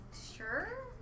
Sure